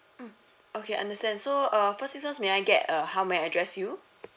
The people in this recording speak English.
mm okay understand so uh first things first may I get uh how may I address you